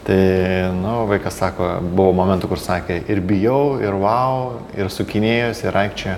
tai nu vaikas sako buvo momentų kur sakė ir bijau ir vau ir sukinėjosi ir aikčiojo